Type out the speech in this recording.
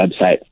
website